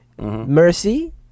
mercy